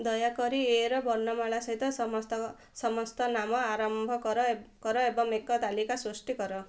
ଦୟାକରି ଏ'ର ବର୍ଣ୍ଣମାଳା ସହିତ ସମସ୍ତ ସମସ୍ତ ନାମ ଆରମ୍ଭ କର ଏବଂ ଏକ ତାଲିକା ସୃଷ୍ଟି କର